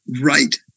right